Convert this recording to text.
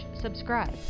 subscribe